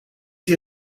die